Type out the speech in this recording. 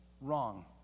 wrong